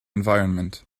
environment